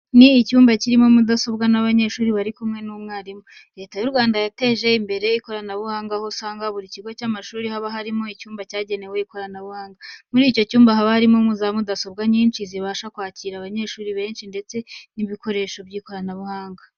Ni icyumba kirimo mudasobwa n'abanyeshuri bari kumwe n'umwarimu. Leta y'u Rwanda yateje imbere ikoranabuhanga, aho usanga muri buri kigo cy'amashuri haba harimo icyumba cyagenewe ikoranabuhanga. Muri icyo cyumba haba harimo za mudasobwa nyinshi zibasha kwakira abanyeshuri benshi ndetse n'ibindi bikoresho by'ikoranabuhanga.